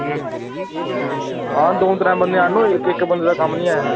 हां द'ऊं त्रै बंदे आह्न्नो इक इक बंदे दा कम्म निं है इत्थै